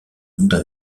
monde